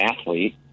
athlete